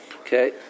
Okay